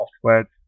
software